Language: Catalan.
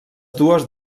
dues